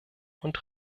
und